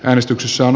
äänestyksessä on